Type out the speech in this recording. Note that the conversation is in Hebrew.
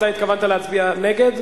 אתה התכוונת להצביע נגד?